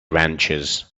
ranchers